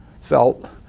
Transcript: felt